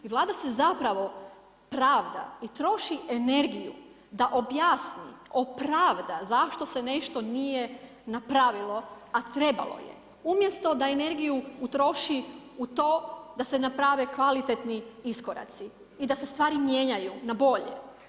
I Vlada se zapravo pravda i troši energiju da objasni, opravda zašto se nešto nije napravilo a trebalo je, umjesto da energiju utroši u to da se naprave kvalitetni iskoraci i da se stvari mijenjaju na bolje.